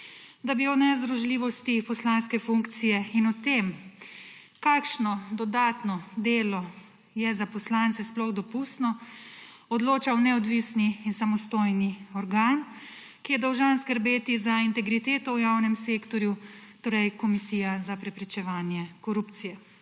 da bi o nezdružljivosti poslanske funkcije in o tem, kakšno dodatno delo je za poslance sploh dopustno, odločal neodvisni in samostojni organ, ki je dolžan skrbeti za integriteto v javnem sektorju, torej Komisija za preprečevanje korupcije.